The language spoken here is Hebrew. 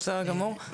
בסדר גמור,